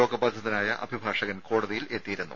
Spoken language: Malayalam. രോഗബാധിതനായ അഭിഭാഷകൻ കോടതിയിലെത്തിയിരുന്നു